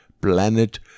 planet